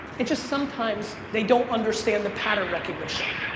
it just sometimes they don't understand the pattern recognition.